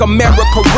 America